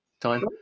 time